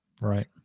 right